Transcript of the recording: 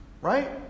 Right